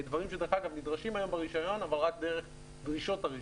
דברים שדרך אגב נדרשים היום ברישיון אבל רק דרך דרישות הרישיון,